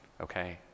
okay